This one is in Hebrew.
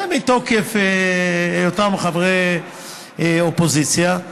מתוקף היותם חברי אופוזיציה,